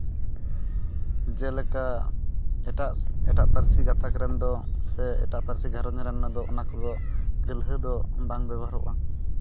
ᱡᱮᱞᱮᱠᱟ ᱮᱴᱟᱜ ᱮᱴᱟᱜ ᱯᱟᱹᱨᱥᱤ ᱜᱟᱛᱟᱠ ᱨᱮᱱ ᱫᱚ ᱥᱮ ᱮᱴᱟᱜ ᱯᱟᱹᱨᱥᱤ ᱜᱷᱟᱸᱨᱚᱡᱽ ᱨᱮᱱ ᱫᱚ ᱚᱱᱟ ᱠᱚᱫᱚ ᱜᱟᱹᱞᱦᱟᱹ ᱫᱚ ᱵᱟᱝ ᱵᱮᱵᱚᱦᱟᱨᱚᱜᱼᱟ